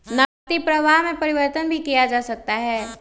नकदी प्रवाह में परिवर्तन भी किया जा सकता है